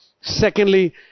Secondly